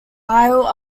isle